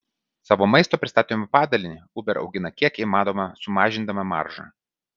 savo maisto pristatymo padalinį uber augina kiek įmanoma sumažindama maržą